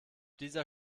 dieser